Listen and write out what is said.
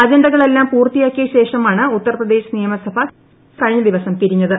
അജണ്ടകളെല്ലാം പൂർത്തിയാക്കിയശേഷമാണ് ഉത്തർപ്രദേശ് നിയമസഭ കഴിഞ്ഞദിവസം പിരിഞ്ഞത്